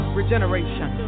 regeneration